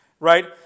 Right